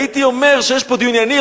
הייתי אומר שיש פה דיון ענייני,